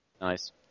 Nice